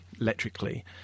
electrically